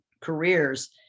careers